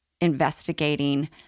investigating